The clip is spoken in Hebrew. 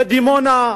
לדימונה,